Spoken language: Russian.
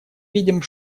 видим